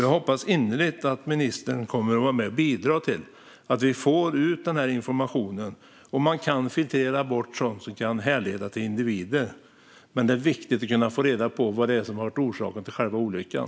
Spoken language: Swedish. Jag hoppas innerligt att ministern kommer att vara med och bidra till att vi får ut denna information. Man kan filtrera bort sådant som kan härledas till individer. Det är viktigt att kunna ta reda på vad som var orsaken till själva olyckan.